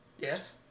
Yes